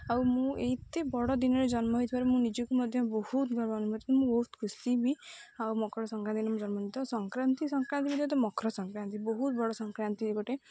ଆଉ ମୁଁ ଏତେ ବଡ଼ ଦିନରେ ଜନ୍ମ ହୋଇଥିବାରୁ ମୁଁ ନିଜକୁ ମଧ୍ୟ ବହୁତ ଗର୍ବ ମୁଁ ବହୁତ ଖୁସି ବି ଆଉ ମକର ସଂକ୍ରାନ୍ତି ଦିନ ମୁଁ ଜନ୍ମ ଆଉ ସଂକ୍ରାନ୍ତି ସଂକ୍ରାନ୍ତି ଭିତରେ ତ ମକର ସଂକ୍ରାନ୍ତି ବହୁତ ବଡ଼ ସଂକ୍ରାନ୍ତି ଗୋଟେ